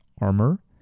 armor